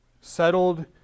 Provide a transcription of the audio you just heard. settled